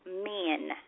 men